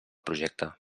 projecte